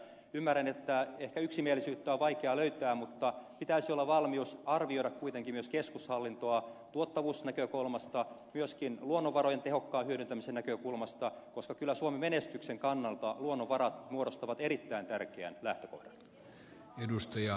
ymmärrän että ehkä yksimielisyyttä on vaikea löytää mutta pitäisi olla valmius arvioida kuitenkin myös keskushallintoa tuottavuusnäkökulmasta myöskin luonnonvarojen tehokkaan hyödyntämisen näkökulmasta koska kyllä suomen menestyksen kannalta luonnonvarat muodostavat erittäin tärkeän lähtökohdan